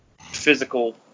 physical